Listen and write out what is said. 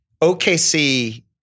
OKC